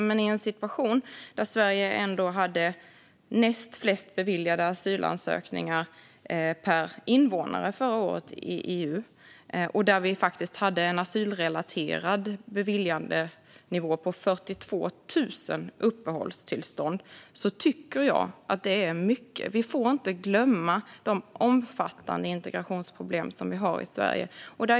Men i en situation där Sverige förra året hade näst flest beviljade asylansökningar per invånare i EU, och där vi hade en asylrelaterad beviljandenivå på 42 000 uppehållstillstånd, tycker jag att det är mycket. Vi får inte glömma de omfattande integrationsproblem vi har i Sverige.